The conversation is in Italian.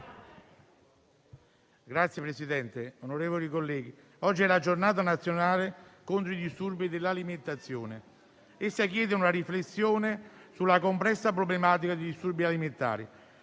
Signor Presidente, onorevoli colleghi, oggi è la Giornata nazionale contro i disturbi dell'alimentazione. Essa chiede una riflessione sulla complessa problematica dei disturbi alimentari;